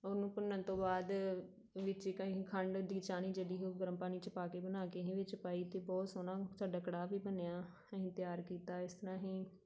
ਉਹਨੂੰ ਭੁੰਨਣ ਤੋਂ ਬਾਅਦ ਵਿੱਚ ਇੱਕ ਅਸੀਂ ਖੰਡ ਦੀ ਚਾਹਣੀ ਜਿਹੜੀ ਉਹ ਗਰਮ ਪਾਣੀ 'ਚ ਪਾ ਕੇ ਬਣਾ ਕੇ ਇਹ ਵਿੱਚ ਪਾਈ ਅਤੇ ਬਹੁਤ ਸੋਹਣਾ ਸਾਡਾ ਕੜਾਹ ਵੀ ਬਣਿਆ ਅਸੀਂ ਤਿਆਰ ਕੀਤਾ ਇਸ ਤਰ੍ਹਾਂ ਅਸੀਂ